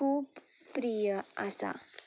खूब प्रीय आसा